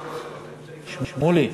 שמולי,